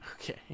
Okay